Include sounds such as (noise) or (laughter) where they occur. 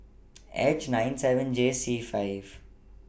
(noise) H nine seven J C five